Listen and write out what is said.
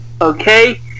okay